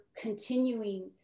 continuing